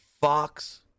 Fox